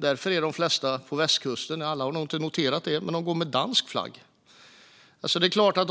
Därför går de flesta på västkusten med dansk flagg. Alla har nog inte noterat det.